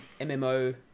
MMO